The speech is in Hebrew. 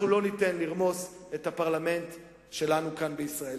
אנחנו לא ניתן לרמוס את הפרלמנט שלנו כאן בישראל.